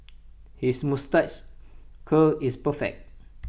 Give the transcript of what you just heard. his moustache curl is perfect